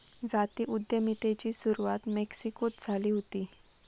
जाती उद्यमितेची सुरवात मेक्सिकोत झाली हुती